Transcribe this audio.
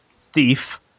Thief